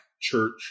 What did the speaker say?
church